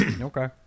okay